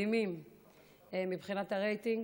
מדהימים מבחינת הרייטינג.